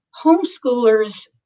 homeschoolers